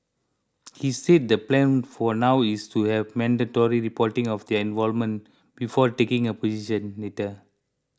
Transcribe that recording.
he said the plan for now is to have mandatory reporting of their involvement before taking a position later